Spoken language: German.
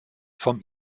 vom